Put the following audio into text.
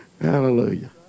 Hallelujah